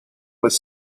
was